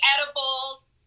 edibles